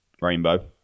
rainbow